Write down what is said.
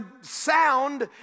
sound